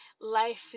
life